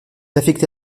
affecté